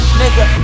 nigga